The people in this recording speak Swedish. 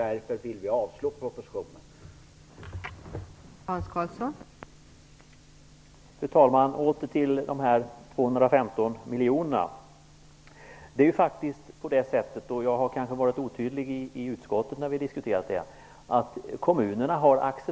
Därför vill vi att propositionen avslås.